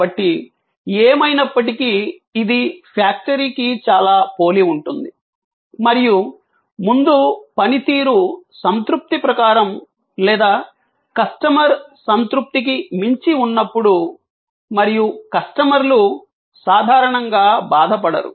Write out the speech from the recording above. కాబట్టి ఏమైనప్పటికీ ఇది ఫ్యాక్టరీకి చాలా పోలి ఉంటుంది మరియు ముందు పనితీరు సంతృప్తి ప్రకారం లేదా కస్టమర్ సంతృప్తికి మించి ఉన్నప్పుడు మరియు కస్టమర్లు సాధారణంగా బాధపడరు